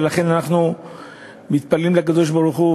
ולכן אנחנו מתפללים לקדוש-ברוך-הוא